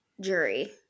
jury